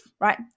right